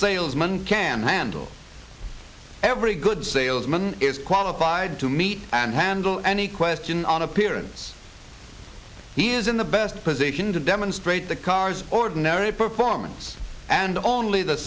salesman can handle every good salesman is qualified to meet and handle any question on appearance he is in the best position to demonstrate the car's ordinary performance and the only the